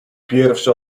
pierwszy